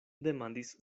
demandis